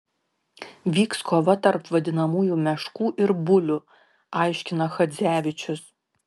vyks kova tarp vadinamųjų meškų ir bulių aiškina chadzevičius